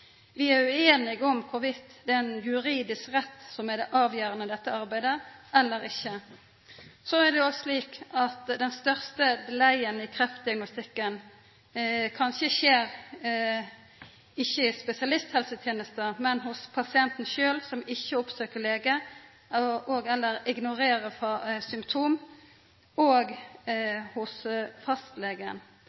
Vi er ueinige om det er ein juridisk rett som er det avgjerande i dette arbeidet eller ikkje. Så er det òg slik at den største bøygen i kreftdiagnostikken kanskje ikkje er i spesialisthelsetenesta, men hos pasienten sjølv, som ikkje oppsøkjer legen og/eller ignorerer symptom, og hos fastlegen.